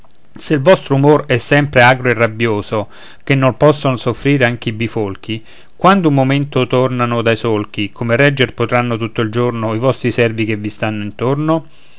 se il vostro umor è sempre agro e rabbioso che nol posson soffrire anche i bifolchi quando un momento tornano dai solchi come regger potranno tutto il giorno i vostri servi che vi stanno intorno